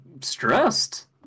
stressed